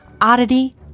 oddity